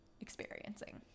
experiencing